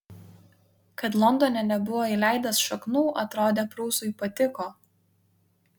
kad londone nebuvo įleidęs šaknų atrodė prūsui patiko